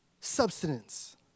substance